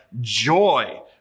joy